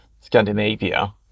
Scandinavia